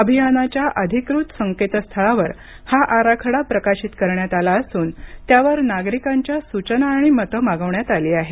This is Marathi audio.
अभियानाच्या अधिकृत संकेतस्थळावर हा आराखडा प्रकाशित करण्यात आला असून त्यावर नागरिकांच्या सूचना आणि मतं मागवण्यात आली आहेत